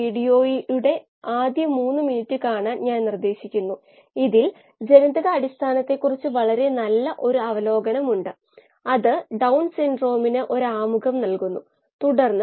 മില്ലിവോൾട്ടിൽ oxygen അലിയിച്ചതും സമയവുമാണ് ഇവിടെ നൽകിയിരിക്കുന്നത്